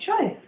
choice